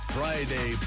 Friday